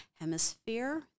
hemisphere